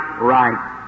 right